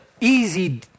easy